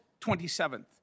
27th